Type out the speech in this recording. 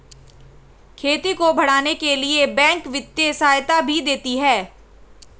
खेती को बढ़ाने के लिए कई बैंक वित्तीय सहायता भी देती है